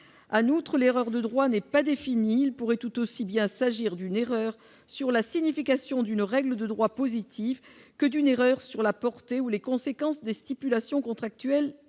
autres, les rares de droit n'est pas définie, il pourrait tout aussi bien s'agir d'une erreur sur la signification d'une règle de droit positif que d'une erreur sur la porte et où les conséquences des stipulations contractuelles